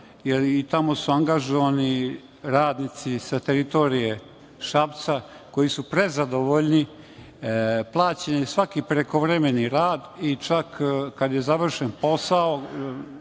Tamo su angažovani radnici sa teritorije Šapca koji su prezadovoljni. Plaćen je svaki prekovremeni rad i čak kada je završen posao,